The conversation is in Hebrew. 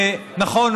שנכון,